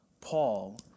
Paul